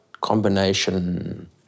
combination